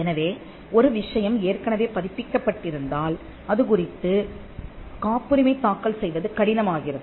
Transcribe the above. எனவே ஒரு விஷயம் ஏற்கனவே பதிப்பிக்கப்பட்டிருந்தால் அதுகுறித்துக் காப்புரிமை தாக்கல் செய்வது கடினமாகிறது